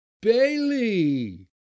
bailey